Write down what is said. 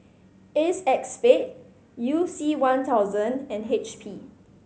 Acexspade You C One thousand and H P